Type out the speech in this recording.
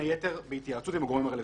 בין היתר בהתייעצות עם הגורמים הרלוונטיים.